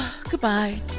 Goodbye